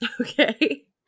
Okay